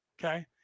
Okay